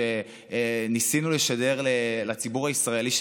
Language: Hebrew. שניסינו לשדר לציבור הישראלי,